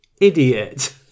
idiot